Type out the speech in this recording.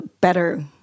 better